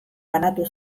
banatu